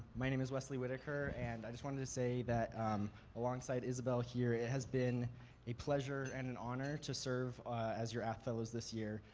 my name is wesley whitaker and i just wanted to say that along side isabel here it has been a pleasure and an honor to serve as your ath fellows this year.